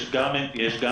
יש גם עניין,